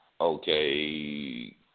Okay